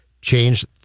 change